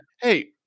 hey